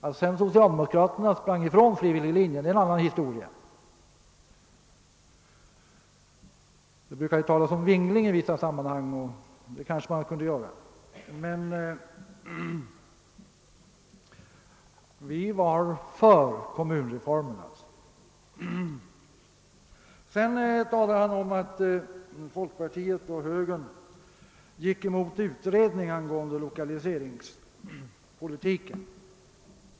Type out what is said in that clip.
Att sedan socialdemokraterna hoppade av från frivilliglinjen, är en annan sak; det brukar ju i vissa sammanhang talas om vinglande, och det kunde man kanske göra även i detta fall. Vi för vår del var alltså för kommunreformen. Vidare nämnde herr Nilsson i Östersund att folkpartiet och högern gick emot utredningen angående lokaliseringspolitiken.